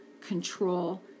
control